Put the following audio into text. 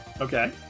Okay